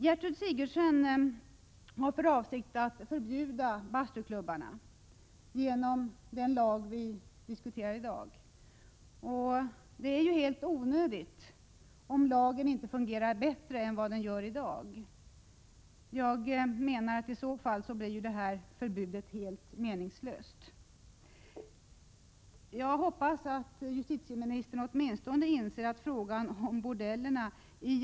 Gertrud Sigurdsen har för avsikt att förbjuda bastuklubbarna genom den lag som vi i dag diskuterar. Det är ju helt onödigt om lagen inte fungerar bättre än vad den gör i dag. För i så fall blir detta förbud helt meningslöst. Jag hoppas att justitieministern åtminstone inser att frågan om bordellerna — Prot.